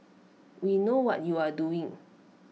we know what you are doing